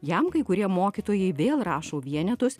jam kai kurie mokytojai vėl rašo vienetus